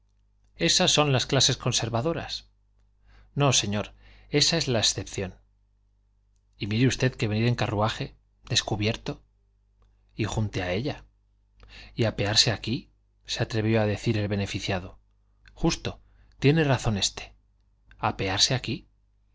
esas son las clases conservadoras no señor esa es la excepción y mire usted que venir en carruaje descubierto y junto a ella y apearse aquí se atrevió a decir el beneficiado justo tiene razón este apearse aquí